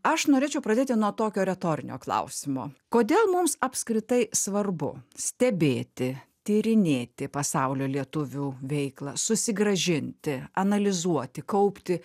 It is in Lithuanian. aš norėčiau pradėti nuo tokio retorinio klausimo kodėl mums apskritai svarbu stebėti tyrinėti pasaulio lietuvių veiklą susigrąžinti analizuoti kaupti